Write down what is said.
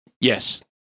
Yes